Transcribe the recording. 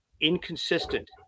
inconsistent